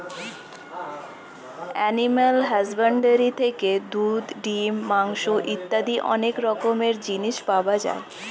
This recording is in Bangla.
অ্যানিমাল হাসব্যান্ডরি থেকে দুধ, ডিম, মাংস ইত্যাদি অনেক রকমের জিনিস পাওয়া যায়